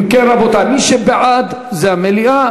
אם כן, רבותי, מי שבעד, זה המליאה.